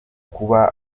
kuba